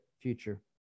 future